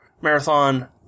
marathon